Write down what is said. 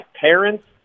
parents